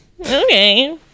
Okay